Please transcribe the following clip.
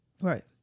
Right